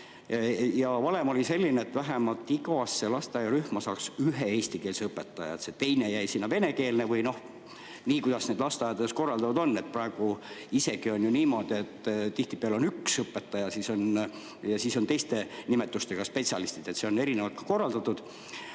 Valem oli selline, et vähemalt igasse lasteaiarühma saaks ühe eestikeelse õpetaja. See teine [õpetaja] oli venekeelne või nii, kuidas see lasteaedades korraldatud on. Praegu isegi on ju niimoodi, et tihtipeale on üks õpetaja ja siis on teiste nimetustega spetsialistid. See on ka erinevalt korraldatud.